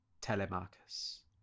Telemachus